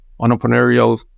entrepreneurial